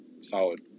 solid